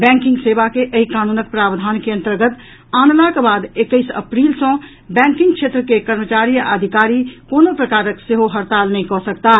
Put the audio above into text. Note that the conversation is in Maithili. बैंकिंग सेवा के एहि कानूनक प्रावधान के अन्तर्गत आनलाक बाद एकैस अप्रैल सँ बैंकिंग क्षेत्र के कर्मचारी आ अधिकारी कोनो प्रकारक सेहो हड़ताल नहि कऽ सकताह